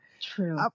true